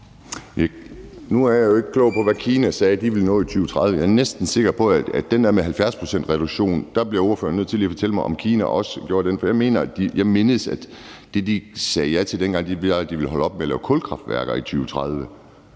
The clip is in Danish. Nu er jeg jo ikke klog på, hvad Kina sagde, de ville nå i 2030. I forhold til det der med 70 pct.s reduktion bliver ordføreren nødt til lige at fortælle mig, om Kina også sagde ja til det. Jeg mindes, at det, de sagde ja til dengang, var, at de ville holde op med at lave kulkraftværker i 2030.